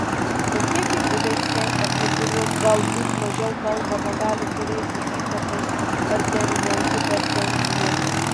kokie kiti veiksniai apie kurios galbūt mažiau kalbama gali turėti įtakos arterinei hipertenzijai